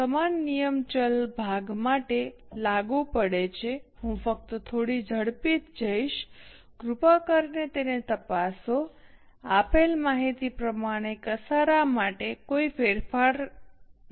સમાન નિયમ ચલ ભાગ માટે લાગુ પડે છે હું ફક્ત થોડી ઝડપી જઈશ કૃપા કરીને તેને તપાસો આપેલ માહિતી પ્રમાણે કસારા માટે કોઈ ફેરફાર નહીં